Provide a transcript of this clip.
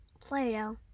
Play-Doh